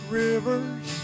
rivers